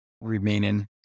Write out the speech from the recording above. remaining